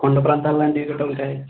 కొండ ప్రాంతాలాంటివి కూడా ఉంటాయి